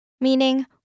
Meaning